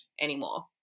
anymore